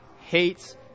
hates